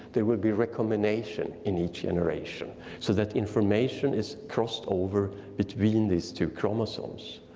there will be recombination in each generation so that information is crossed over between these two chromosomes.